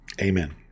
Amen